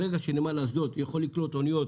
ברגע שנמל אשדוד יכול לקלוט אוניות